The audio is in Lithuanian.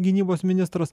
gynybos ministras